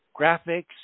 graphics